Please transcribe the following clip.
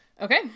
okay